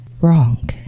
Wrong